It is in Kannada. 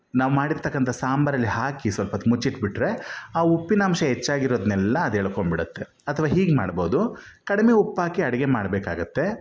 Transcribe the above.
ನಾವು ಮಾಡಿರ್ತಕ್ಕಂಥ ಸಾಂಬರಲ್ಲಿ ಹಾಕಿ ಸ್ವಲ್ಪೊತ್ತು ಮುಚ್ಚಿಟ್ಟುಬಿಟ್ರೆ ಆ ಉಪ್ಪಿನಂಶ ಹೆಚ್ಚಾಗಿರೋದ್ನೆಲ್ಲ ಅದು ಎಳ್ಕೊಂಡ್ಬಿಡುತ್ತೆ ಅಥವಾ ಹೀಗೆ ಮಾಡ್ಬೌದು ಕಡಿಮೆ ಉಪ್ಪಾಕಿ ಅಡುಗೆ ಮಾಡಬೇಕಾಗತ್ತೆ